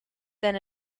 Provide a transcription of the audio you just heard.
than